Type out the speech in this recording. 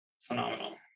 phenomenal